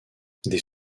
des